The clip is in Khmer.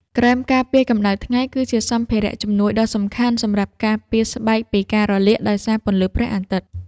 ក្រែមការពារកម្ដៅថ្ងៃ គឺជាសម្ភារៈជំនួយដ៏សំខាន់សម្រាប់ការពារស្បែកពីការរលាកដោយសារពន្លឺព្រះអាទិត្យ។